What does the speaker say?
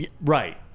Right